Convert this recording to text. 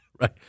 Right